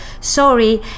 sorry